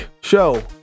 show